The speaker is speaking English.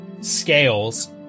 scales